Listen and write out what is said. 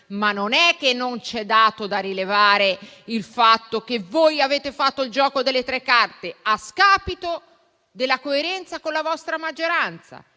significa che non ci è dato rilevare che voi avete fatto il gioco delle tre carte a scapito della coerenza con la vostra maggioranza